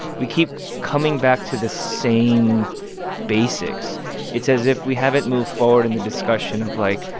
we keep coming back to the same basics it's as if we haven't moved forward in the discussion of, like,